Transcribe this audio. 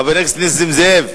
חבר הכנסת נסים זאב.